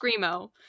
screamo